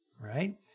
right